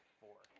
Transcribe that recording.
four